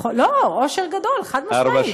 לא, אושר גדול, חד-משמעית.